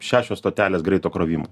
šešios stotelės greito krovimo